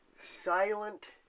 Silent